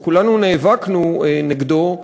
וכולנו נאבקנו נגדו,